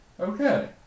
Okay